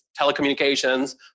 telecommunications